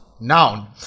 noun